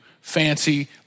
fancy